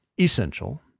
essential